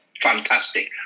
fantastic